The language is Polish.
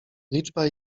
liczba